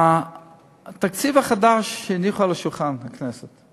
התקציב החדש שהניחו על שולחן הכנסת,